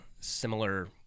similar